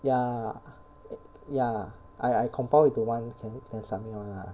ya ya I I compile into one then then submit [one] lah